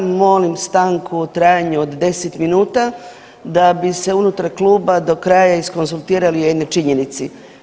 Molim stanku u trajanju od 10 minuta da bi se unutar kluba do kraja izkonzultirali o jednoj činjenici.